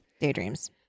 Daydreams